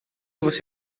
você